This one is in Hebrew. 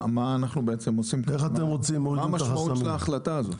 מה המשמעות של ההחלטה הזאת?